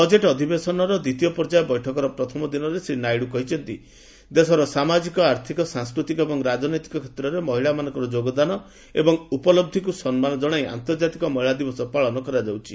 budget ଅଧିବେଶନର ଦ୍ୱିତୀୟ ପର୍ଯ୍ୟାୟ ବୈଠକର ପ୍ରଥମ ଦିନରେ ଶ୍ରୀ ନାଇଡୁ କହିଛନ୍ତି ସାମାଜିକ ଆର୍ଥିକ ସାଂସ୍କୃତିକ ଏବଂ ରାଜନୈତିକ କ୍ଷେତ୍ରରେ ମହିଳାମାନଙ୍କର ଯୋଗଦାନ ଏବଂ ଉପଲବ୍ଧିକୁ ସମ୍ମାନ ଜଣାଇ ଆନ୍ତର୍ଜାତିକ ମହିଳା ଦିବସ ପାଳନ କରାଯାଉଛି